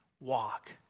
walk